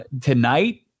tonight